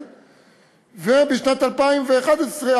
ובשנת 2011,